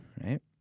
right